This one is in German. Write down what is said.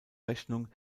rechnung